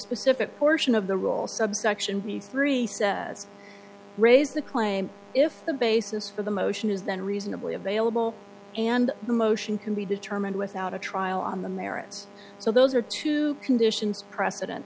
specific portion of the rule subsection b three says raise the claim if the basis for the motion is then reasonably available and the motion can be determined without a trial on the merits so those are two conditions precedent